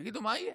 תגידו, מה יהיה?